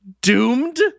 Doomed